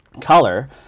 color